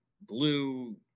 blue